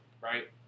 right